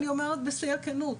אני אומרת בשיא הכנות,